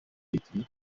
mikino